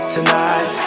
Tonight